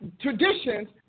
traditions